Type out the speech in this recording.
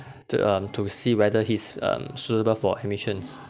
to um to see whether he's um suitable for admissions